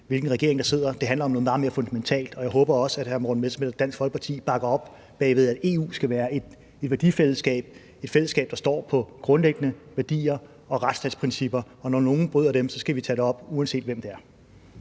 hvilken regering der sidder. Det handler om noget meget mere fundamentalt, og jeg håber også, at hr. Morten Messerschmidt og Dansk Folkeparti bakker op om, at EU skal være et værdifællesskab – et fællesskab, der står på grundlæggende værdier og retsstatsprincipper, og at når nogen bryder dem, skal vi tage det op, uanset hvem det er.